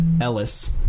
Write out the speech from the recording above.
Ellis